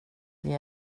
det